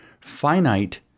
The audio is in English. Finite